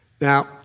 Now